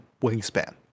wingspan